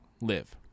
live